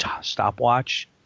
stopwatch